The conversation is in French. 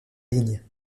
ligne